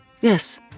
Yes